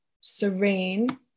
Serene